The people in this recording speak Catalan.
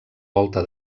volta